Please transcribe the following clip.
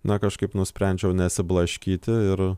na kažkaip nusprendžiau nesiblaškyti ir